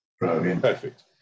perfect